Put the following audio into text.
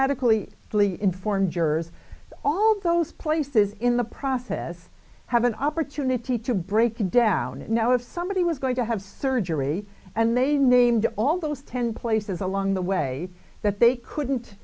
adequately fully informed jurors all of those places in the process have an opportunity to break down and now if somebody was going to have surgery and they named all those ten places along the way that they couldn't